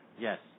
Yes